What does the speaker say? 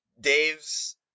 Dave's